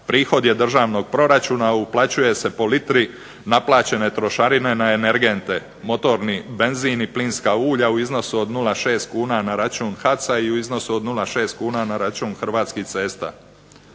prihod je državnog proračuna, uplaćuje se po litri naplaćene trošarine na energente, motorni benzin i plinska ulja u iznosu od 0,6 kuna na račun HAC-a i iznos od 0,6 kuna na račun Hrvatskih cesta.